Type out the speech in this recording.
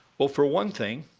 well, for one thing,